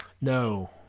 No